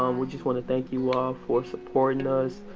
um we just wanna thank you all for supporting us.